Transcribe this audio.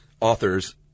authors